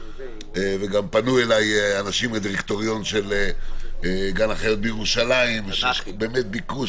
וגם פנו אליי אנשים מהדירקטוריון של גן החיות בירושלים ויש ביקוש,